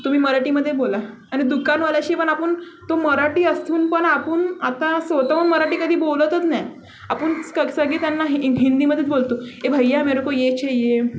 तुम्ही मराठीमध्ये बोला आणि दुकानवाल्याशी पण आपण तो मराठी असून पण आपण आता स्वतःहून मराठी कधी बोलतच नाही आपण की त्यांना हि हिंदीमध्येच बोलतो ए भैय्या मेरेको ये चाहिये